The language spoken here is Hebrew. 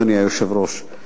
אדוני היושב-ראש,